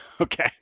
Okay